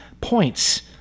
points